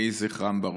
יהי זכרם ברוך.